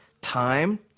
time